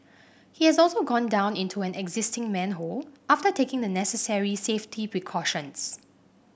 he has also gone down into an existing manhole after taking the necessary safety precautions